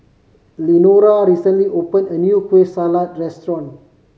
Lenora recently open a new Kueh Salat restaurant